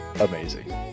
amazing